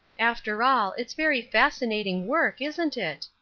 after all, it's very fascinating work, isn't it?